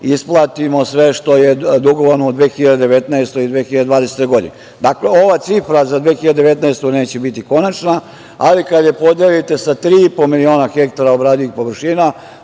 isplatimo sve što je dugovano u 2019. i 2020. godini. Dakle, ova cifra za 2019. godinu neće biti konačna, ali kada je podelite sa tri i po miliona hektara obradivih površina